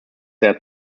their